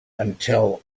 until